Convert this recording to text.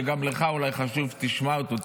שגם לך אולי חשוב שתשמע אותו,